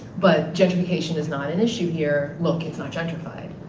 but gentrification is not an issue here, look, it's not gentrified.